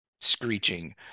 screeching